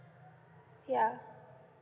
yeah